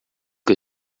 que